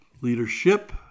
leadership